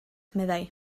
meddai